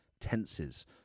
tenses